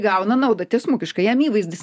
įgauna naudą tiesmukiškai jam įvaizdis